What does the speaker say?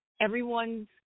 everyone's